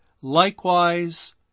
likewise